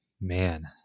Man